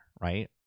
Right